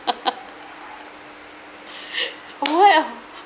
oh why orh